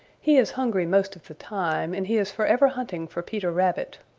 he is hungry most of the time, and he is forever hunting for peter rabbit.